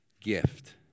gift